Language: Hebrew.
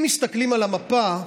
אם מסתכלים על המפה,